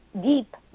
deep